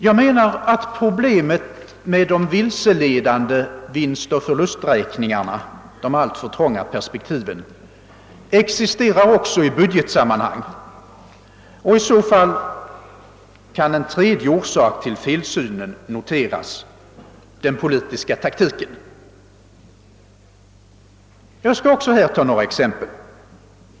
Jag anser ait problemet med de vilseledande vinstoch förlusträkningarna — de alltför trånga perspektiven — också existerar i budgetsamanhang, och i så fall kan en tredje orsak till felsynen noteras — den politiska taktiken. Jag skall också här ta några exempel.